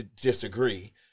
disagree